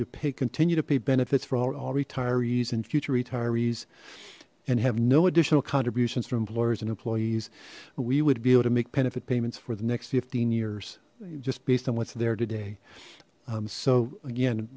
to pay continue to pay benefits for all retirees and future retirees and have no additional contributions from employers and employees we would be able to make benefit payments for the next fifteen years just based on what's there today so again